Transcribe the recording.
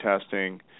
testing